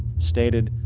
stated.